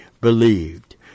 believed